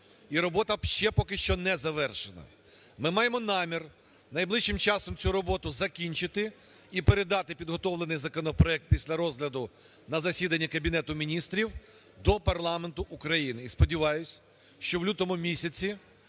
і робота ще поки що не завершена. Ми маємо намір найближчим часом цю роботу закінчити і передати підготовлений законопроект після розгляду на засіданні Кабінету Міністрів до парламенту України. І сподіваюся, що в лютому-місяці